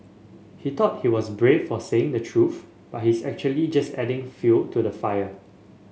he thought he was brave for saying the truth but he's actually just adding fuel to the fire